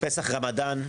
פסח-רמדאן.